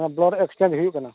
ᱚᱱᱟ blood exchange ᱦᱩᱭᱩᱜ ᱠᱟᱱᱟ